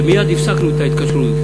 ומייד הפסקנו את ההתקשרות.